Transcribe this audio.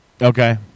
Okay